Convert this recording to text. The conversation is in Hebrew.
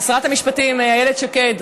שרת המשפטים איילת שקד,